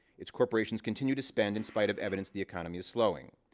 it's corporations continue to spend, in spite of evidence the economy is slowing.